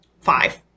five